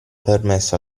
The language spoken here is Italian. permesso